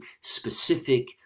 specific